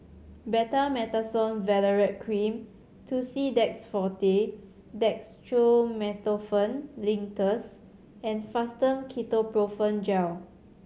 Betamethasone Valerate Cream Tussidex Forte Dextromethorphan Linctus and Fastum Ketoprofen Gel